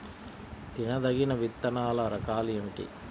తినదగిన విత్తనాల రకాలు ఏమిటి?